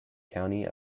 county